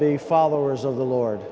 be followers of the lord